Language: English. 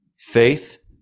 Faith